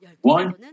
one